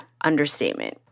understatement